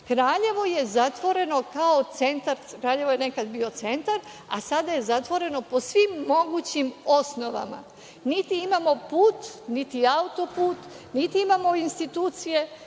Kraljevo je zatvoreno kao centar, Kraljevo je nekad bio centar, a sada je zatvoreno po svim mogućim osnovama. Niti imamo put, niti auto-put, niti imamo institucije,